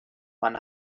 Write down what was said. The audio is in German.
man